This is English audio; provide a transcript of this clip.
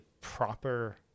proper